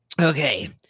Okay